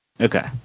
Okay